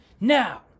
Now